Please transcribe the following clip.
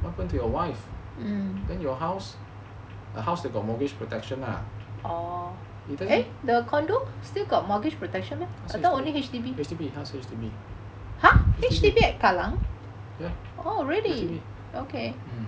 what happen to your wife then your house the house you got mortgage protection lah his house H_D_B